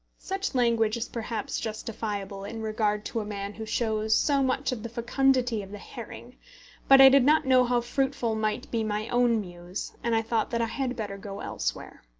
such language is perhaps justifiable in regard to a man who shows so much of the fecundity of the herring but i did not know how fruitful might be my own muse, and i thought that i had better go elsewhere.